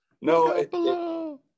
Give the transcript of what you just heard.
No